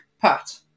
Pat